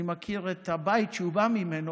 ואני מכיר את הבית שהוא בא ממנו,